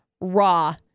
raw